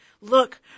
look